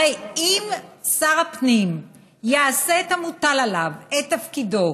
הרי אם שר הפנים יעשה את המוטל עליו, את תפקידו,